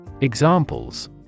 Examples